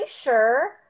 sure